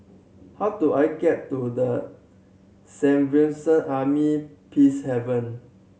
how do I get to The Army Peacehaven